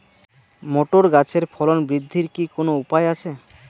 Motor গাছের ফলন বৃদ্ধির কি কোনো উপায় আছে?